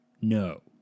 no